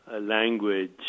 language